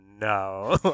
no